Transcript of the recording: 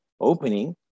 opening